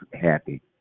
happy